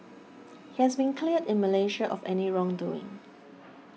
he has been cleared in Malaysia of any wrongdoing